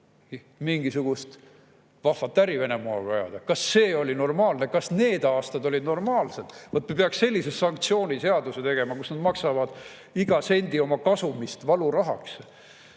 mingisugust vahvat äri Venemaaga ajada? Kas see oli normaalne? Kas need aastad olid normaalsed? Me peaks sellise sanktsiooniseaduse tegema, kus nad maksavad iga sendi oma kasumist valurahaks.